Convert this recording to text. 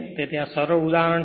તેથી સરળ ઉદાહરણ છે